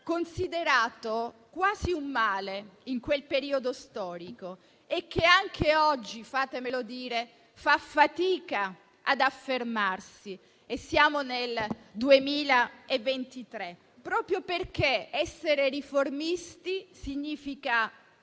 considerato quasi un male in quel periodo storico e che anche oggi - e siamo nel 2023 - fa fatica ad affermarsi - fatemelo dire - proprio perché essere riformisti significa